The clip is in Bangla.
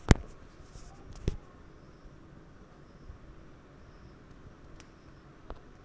মাসিক কিস্তি কি ব্যাংক পাসবুক মারফত নাকি হাতে হাতেজম করতে হয়?